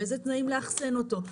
באיזה תנאים לאחסן אותו,